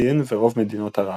סין ורוב מדינות ערב.